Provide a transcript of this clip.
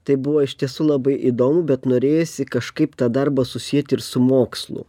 tai buvo iš tiesų labai įdomu bet norėjosi kažkaip tą darbą susiet ir su mokslu